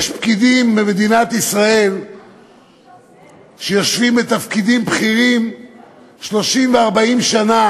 יש פקידים במדינת ישראל שיושבים בתפקידים בכירים 30 ו-40 שנה